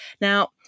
Now